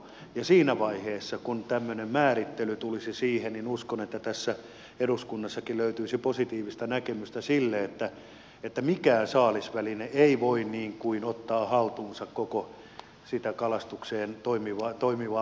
ja siinä vaiheessa kun tämmöinen määrittely tulisi siihen uskon että tässä eduskunnassakin löytyisi positiivista näkemystä sille että mikään saalisväline ei voi ottaa haltuunsa koko sitä kalastuksessa toimivaa vesimäärää